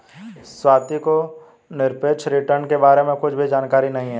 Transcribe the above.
स्वाति को निरपेक्ष रिटर्न के बारे में कुछ भी जानकारी नहीं है